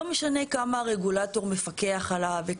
לא משנה כמה הרגולטור מפקח עליו,